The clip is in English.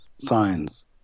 signs